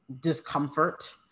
discomfort